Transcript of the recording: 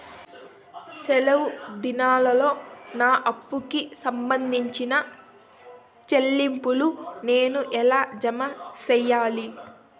సెలవు దినాల్లో నా అప్పుకి సంబంధించిన చెల్లింపులు నేను ఎలా జామ సెయ్యాలి?